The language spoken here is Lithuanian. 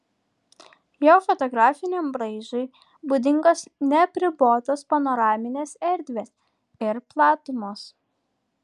jo fotografiniam braižui būdingos neapribotos panoraminės erdvės ir platumos